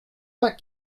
pas